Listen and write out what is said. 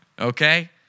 okay